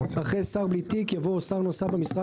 אחרי "שר בלי תיק" יבוא "או שר נוסף במשרד